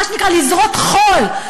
מה שנקרא לזרות חול,